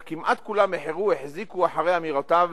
אך כמעט כולם החרו החזיקו אחרי אמירותיו